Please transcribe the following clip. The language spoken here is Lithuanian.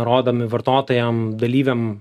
rodomi vartotojam dalyviam